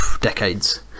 decades